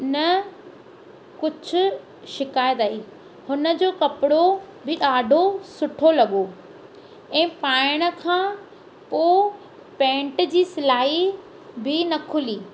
न कुझु शिकाइत आई हुन जो कपिड़ो बि ॾाढो सुठो लॻो ऐं पाइण खां पोइ पैंट जी सिलाई बि न खुली